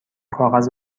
کاغذ